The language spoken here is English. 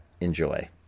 Enjoy